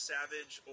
Savage